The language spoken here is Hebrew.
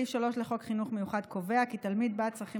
סעיף 3 לחוק חינוך מיוחד קובע כי תלמיד בעל צרכים